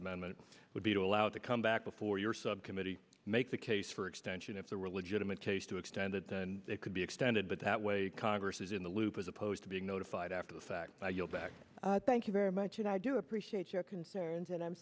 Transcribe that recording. amendment would be to allow to come back before your subcommittee make the case for extension if there were legitimate case to extend it then it could be extended but that way congress is in the loop as opposed to being notified after the fact you're back thank you very much and i do appreciate your concerns and i'm